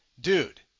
Dude